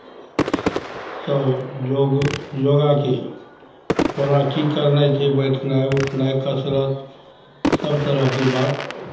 सभ योग योगाकेँ कोना की करनाइ छै बैठनाइ उठनाइ कसरत सभ तरहके बात